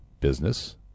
business